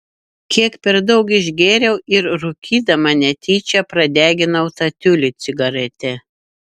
kiek per daug išgėriau ir rūkydama netyčia pradeginau tą tiulį cigarete